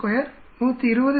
82 120 147